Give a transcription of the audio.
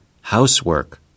housework